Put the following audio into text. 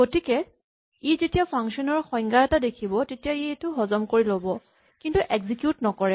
গতিকে ই যেতিয়া ফাংচন ৰ সংজ্ঞা এটা দেখিব তেতিয়া ই সেইটো ই হজম কৰি ল'ব কিন্তু এক্সিকিউট নকৰে